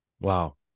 Wow